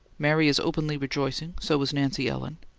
mary is openly rejoicing. so is nancy ellen.